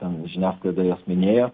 ten žiniasklaida jas minėjo